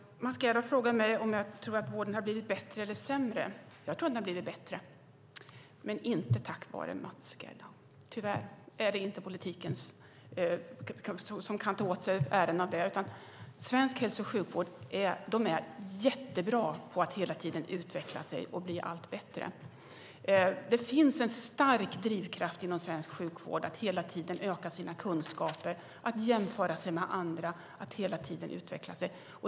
Herr talman! Mats Gerdau frågar mig om jag tror att vården har blivit bättre eller sämre. Jag tror att den har blivit bättre, men inte tack vare Mats Gerdau. Tyvärr är det inte politiken som kan ta åt sig äran av det, utan svensk hälso och sjukvård är jättebra på att hela tiden utvecklas och bli allt bättre. Det finns en stark drivkraft inom svensk sjukvård att hela tiden öka sina kunskaper, att jämföra sig med andra, att utvecklas.